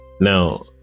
Now